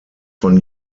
von